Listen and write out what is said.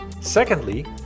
Secondly